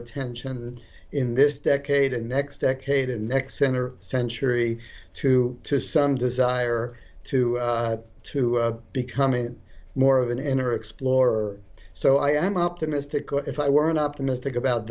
attention in this decade and next decade and next enter century two to some desire to to becoming more of an inner explorer so i am optimistic if i were an optimistic about